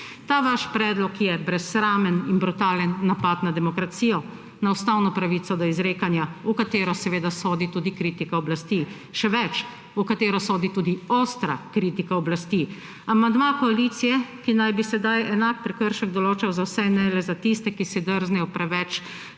Ta vaš predlog je brezsramen in brutalen napad ne demokracijo, na ustavno pravico do izrekanja, v katero seveda sodi tudi kritika oblasti. Še več, v katero sodi tudi ostra kritika oblasti. Amandma koalicije, ki naj bi sedaj enak prekršek določal za vse, ne le za tiste, ki si drznejo preveč,